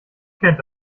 kennt